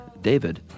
David